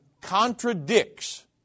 contradicts